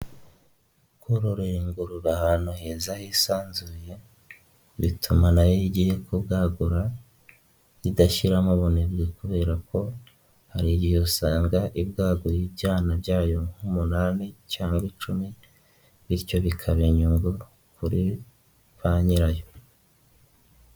Kororera ingurura ahantu heza hisanzuye, bituma nayo iyo igiye kubwagura, idashyiramo ubunebwe kubera ko hari igihe usanga ibwaguye ibyana byayo nk'umunani cyangwa icumi bityo bikaba inyungu, kuri ba nyirayo.